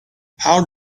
how